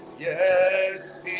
Yes